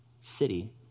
city